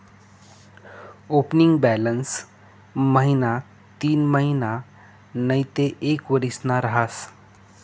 opening balance महिना तीनमहिना नैते एक वरीसना रहास